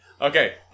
Okay